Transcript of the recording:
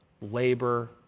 labor